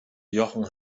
jochen